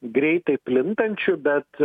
greitai plintančiu bet